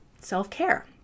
self-care